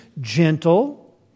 gentle